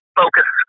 focus